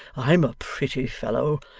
i'm a pretty fellow!